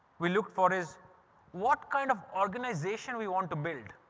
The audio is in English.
we look for is what kind of organisation we want to build.